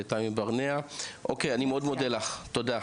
לתמי ברנע, אוקי, אני מאוד מודה לך, תודה.